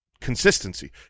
consistency